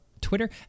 Twitter